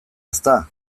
ezta